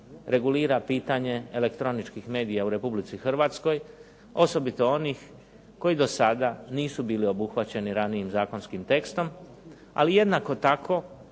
regulira pitanje elektroničkih medija u Republici Hrvatskoj, osobito onih koji do sada nisu bili obuhvaćeni ranijim zakonskim tekstom, ali jednako tako